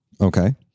Okay